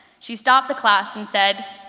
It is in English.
she stopped the class and said,